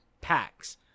packs